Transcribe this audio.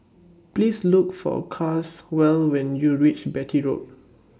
Please Look For Caswell when YOU REACH Beatty Road